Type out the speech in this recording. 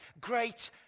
great